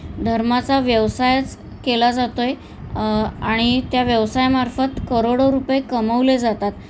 धर्माचा व्यवसायच केला जातो आहे आणि त्या व्यवसायामार्फत करोडो रुपये कमवले जातात